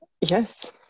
Yes